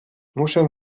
muszę